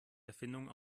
erfindung